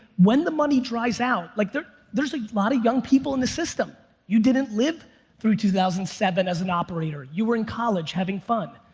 when the money dries out, like there's there's a lot of young people in the system. you didn't live through two thousand and seven as an operator, you were in college having fun.